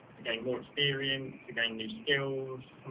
to getting more experience, to getting new skills.